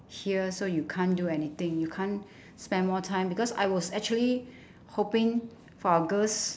here so you can't do anything you can't spend more time because I was actually hoping for our girls